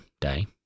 day